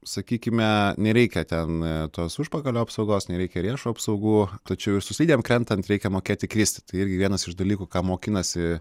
sakykime nereikia ten tos užpakalio apsaugos nereikia riešų apsaugų tačiau ir su slidėm krentant reikia mokėti kristi tai irgi vienas iš dalykų ką mokinasi